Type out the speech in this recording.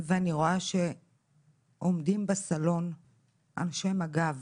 ואני רואה שעומדים בסלון אנשי מג"ב